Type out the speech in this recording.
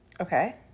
Okay